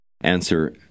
Answer